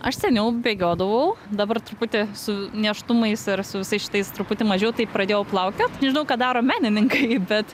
aš seniau bėgiodavau dabar truputį su nėštumais ir su visais šitais truputį mažiau tai pradėjau plaukiot nežinau ką daro menininkai bet